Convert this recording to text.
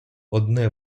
одне